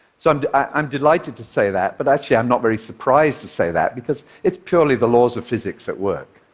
so and i'm delighted to say that, but actually i'm not very surprised to say that, because it's purely the laws of physics at work.